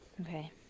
Okay